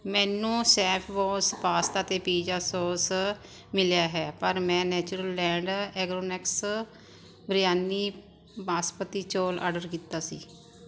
ਮੈਨੂੰ chef boss pasta ਅਤੇ pizza sauce ਮਿਲਿਆ ਹੈ ਪਰ ਮੈਂ ਨੇਚਰਲੈਂਡ ਆਰਗੈਨਿਕਸ ਬਿਰਯਾਨੀ ਬਾਸਮਤੀ ਚੌਲ ਆਰਡਰ ਕੀਤਾ ਸੀ